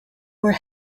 were